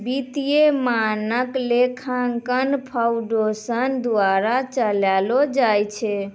वित्तीय मानक लेखांकन फाउंडेशन द्वारा चलैलो जाय छै